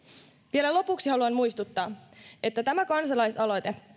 vielä lopuksi haluan muistuttaa että tämä kansalaisaloite